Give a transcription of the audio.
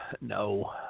no